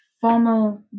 formal